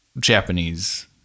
Japanese